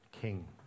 king